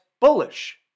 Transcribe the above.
bullish